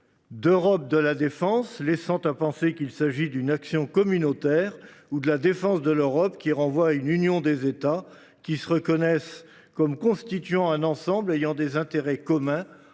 l’Europe de la défense, laissant à penser qu’il s’agit d’une action communautaire, ou de la défense de l’Europe, ce qui renvoie à une union d’États qui se reconnaissent comme constituant un ensemble ayant des intérêts communs